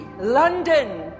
London